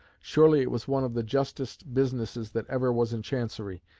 surely it was one of the justest businesses that ever was in chancery.